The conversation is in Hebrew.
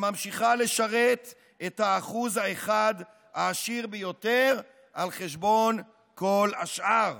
הממשיכה לשרת את ה-1% העשיר ביותר על חשבון כל השאר.